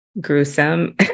gruesome